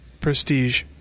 Prestige